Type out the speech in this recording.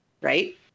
Right